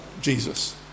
Jesus